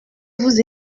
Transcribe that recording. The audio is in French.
vous